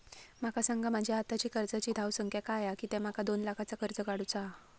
माका सांगा माझी आत्ताची कर्जाची धावसंख्या काय हा कित्या माका दोन लाखाचा कर्ज काढू चा हा?